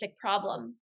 problem